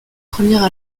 premiers